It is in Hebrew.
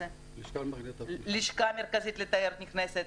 הלשכה המרכזית לתיירות נכנסת.